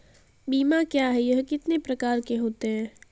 बीमा क्या है यह कितने प्रकार के होते हैं?